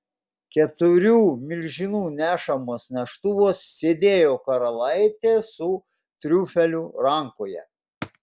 keturių milžinų nešamuos neštuvuos sėdėjo karalaitė su triufeliu rankoje